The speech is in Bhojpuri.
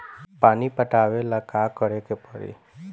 पानी पटावेला का करे के परी?